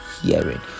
hearing